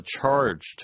charged